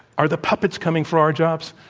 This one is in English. are the puppets coming for our jobs?